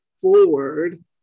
forward